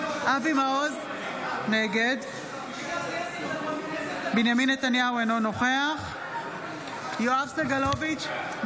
מעוז, נגד בנימין נתניהו, אינו נוכח יואב סגלוביץ'